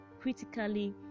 critically